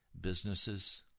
businesses